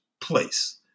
place